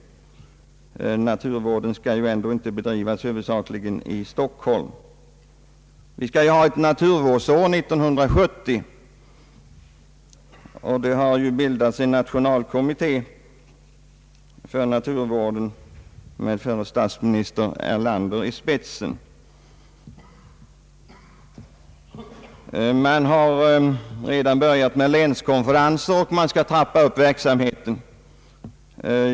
Naturvården skall ändå inte bedrivas huvudsakligen i Stockholm. 1970 skall bli ett naturvårdsår, och det har bildats en nationalkommitté för den aktiviteten med förre statsministern Erlander i spetsen. Man har redan börjat med länskonferenser, och man är i full gång med att trappa upp verksamheten.